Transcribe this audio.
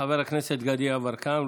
חבר הכנסת גדי יברקן,